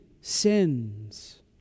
sins